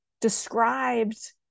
described